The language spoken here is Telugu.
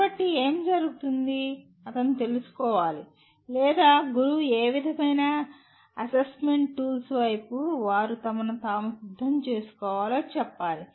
కాబట్టి ఏమి జరుగుతుంది అతను తెలుసుకోవాలి లేదా గురువు ఏ విధమైన అసెస్మెంట్ టూల్స్ వైపు వారు తమను తాము సిద్ధం చేసుకోవాలో చెప్పాలి